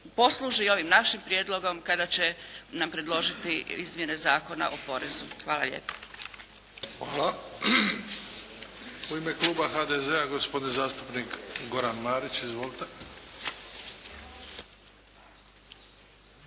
posluži ovim našim prijedlogom kada će nam predložiti izmjene Zakona o porezu. Hvala lijepa. **Bebić, Luka (HDZ)** Hvala. U ime kluba HDZ-a gospodin zastupnik Goran Marić. Izvolite.